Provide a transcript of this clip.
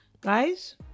guys